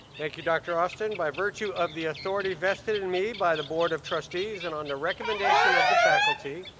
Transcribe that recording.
thank you, dr. austin. by virtue of the authority vested in me by the board of trustees and on the recommendation of the faculty,